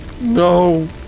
no